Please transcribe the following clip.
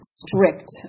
strict